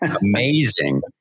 amazing